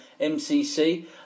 MCC